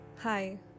Hi